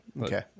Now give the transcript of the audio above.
Okay